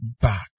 back